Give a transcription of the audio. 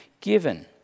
given